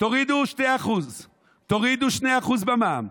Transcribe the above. תורידו ב-2% תורידו 2% במע"מ,